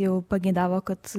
jau pageidavo kad